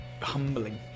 Humbling